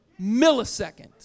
millisecond